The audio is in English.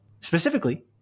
Specifically